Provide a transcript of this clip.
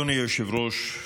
אדוני היושב-ראש,